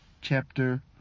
chapter